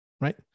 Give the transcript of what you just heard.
right